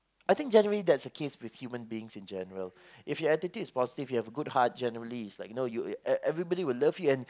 I think generally that's the case with human beings in general if your attitude is positive you have a good heart generally it's like you know everybody will love you and